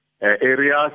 areas